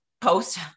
post